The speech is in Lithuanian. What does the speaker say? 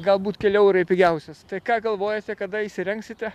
galbūt keli eurai pigiausias tai ką galvojat kada įsirengsite